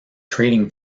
trading